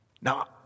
Now